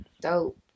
dope